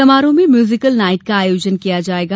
समारोह में musical night का आयोजन किया जायेगा